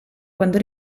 quando